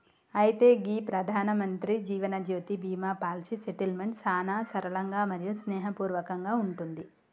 అయితే గీ Pradhanmantri Jeevanjyoti Bima policy settlement సానా సరళంగా మరియు స్నేహపూర్వకంగా ఉంటుంది